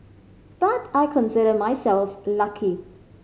but I consider myself lucky